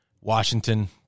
Washington